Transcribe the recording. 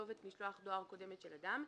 לכתובת למשלוח דואר קודמת של אדם,